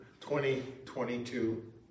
2022